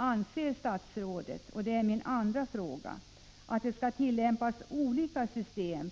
Anser statsrådet — det är min andra fråga — att det för svenska medborgare skall tillämpas olika system